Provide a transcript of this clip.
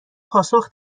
پاسخ